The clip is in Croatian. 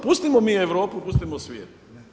Pustimo mi Europu, pustimo svijet.